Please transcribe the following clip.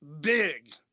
big